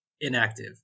inactive